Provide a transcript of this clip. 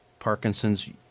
Parkinson's